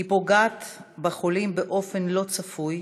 היא פוגעת בחולים באופן לא צפוי